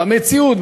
במציאות,